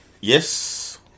Yes